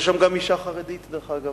יש שם גם אשה חרדית, דרך אגב.